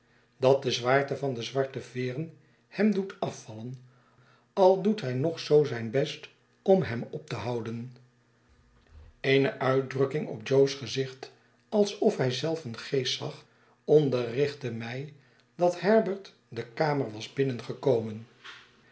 dat de zwaarte van de zwarte veeren hem doet afvallen al doet hij nog zoo zijn best om hem op te houden eene uitdrukking op jo's gezicht alsof hij zelf een geest zag onderrichtte mij dat herbert de kamer was binnengekomen